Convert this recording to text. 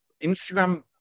Instagram